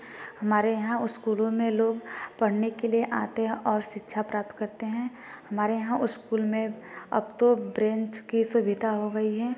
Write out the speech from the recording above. हमारे यहाँ उस्कूलों में लोग पढ़ने के लिए आते हैं और शिक्षा प्राप्त करते हैं हमारे यहाँ उस्कूल में अब तो ब्रेंच की सुविधा हो गई हैं